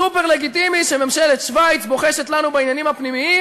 סופר-לגיטימי שממשלת שווייץ בוחשת לנו בעניינים הפנימיים